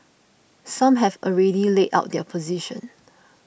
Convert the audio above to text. some have already laid out their position